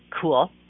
cool